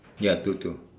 ya two two